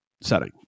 setting